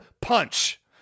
punch